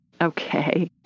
Okay